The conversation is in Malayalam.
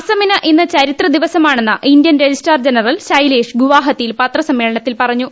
അസമിന് ഇന്ന് ചരിത്ര ദിവസമാണെന്ന് ഇന്ത്യൻ രജിസ്ട്രാർ ജനറൽ സൈലേഷ് ഗുവാഹത്തിയിൽ പത്രസമ്മേളനത്തിൽ പറഞ്ഞു